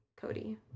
Cody